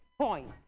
point